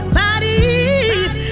bodies